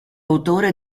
autore